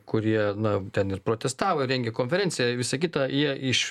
kurie na ten ir protestavo ir rengė konferenciją visa kita jie iš